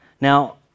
Now